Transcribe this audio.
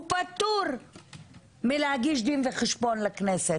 פטור מלהגיש דין וחשבון לכנסת.